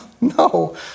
no